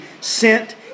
sent